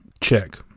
Check